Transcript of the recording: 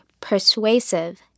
persuasive